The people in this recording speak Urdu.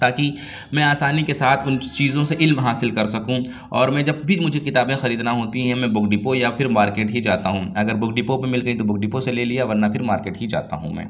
تاکہ میں آسانی کے ساتھ اُن چیزوں سے علم حاصل کر سکوں اور میں جب بھی مجھے کتابیں خریدنا ہوتی ہیں میں بک ڈپو یا پھر مارکیٹ ہی جاتا ہوں اگر بک ڈپو پہ مل گئی تو بک ڈپو سے لے لیا ورنہ پھر مارکیٹ ہی جاتا ہوں میں